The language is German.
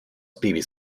babys